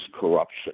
corruption